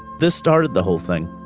this started the whole thing.